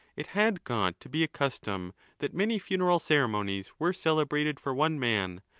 it had got to be, custom that many funeral ceremonies were celebrated for one man,